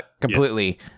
completely